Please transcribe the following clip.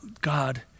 God